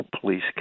police